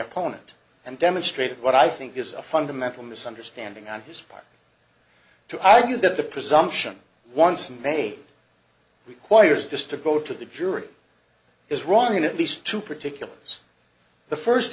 opponent and demonstrated what i think is a fundamental misunderstanding on his part to argue that the presumption once and may requires this to go to the jury is wrong in at least two particulars the first